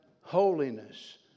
holiness